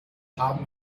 haben